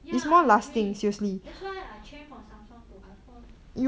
ya I agree that's why I came from Samsung to iPhone